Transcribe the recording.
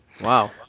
Wow